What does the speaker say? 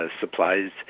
supplies